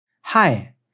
Hi